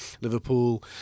Liverpool